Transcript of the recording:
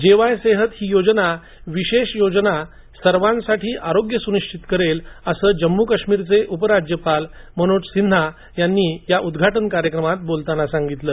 जे A Y Sehat ही विशेष योजना सर्वांसाठी आरोग्य सुनिश्चित करेल असं जम्मू काश्मीरचे उपराज्यपाल मनोज सिन्हा यांनी या योजनेच्या उद्घाटन कार्यक्रमात बोलताना सांगितलं